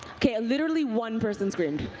okay, literally one person screamed.